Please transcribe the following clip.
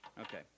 Okay